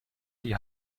die